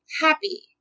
happy